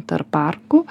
tarp parkų